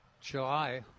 July